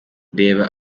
reba